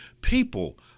People